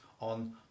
on